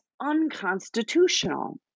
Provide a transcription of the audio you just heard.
unconstitutional